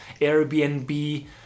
Airbnb